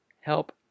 help